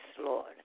Lord